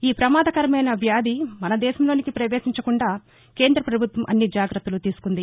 ఈ ప్రమాదకరమైన వ్యాధి మనదేశంలోనికి ప్రపేశించకుండా కేంద్ర ప్రభుత్వం అన్ని జాగ్రత్తలు తీసుకుంది